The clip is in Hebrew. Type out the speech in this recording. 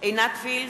עינת וילף,